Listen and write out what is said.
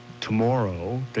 tomorrow